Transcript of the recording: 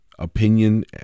Opinion